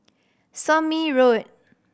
Somme Road